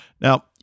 now